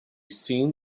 seen